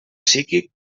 psíquic